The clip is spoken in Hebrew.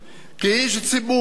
כאיש ציבור,